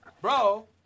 Bro